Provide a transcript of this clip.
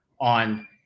on